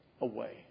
away